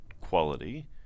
quality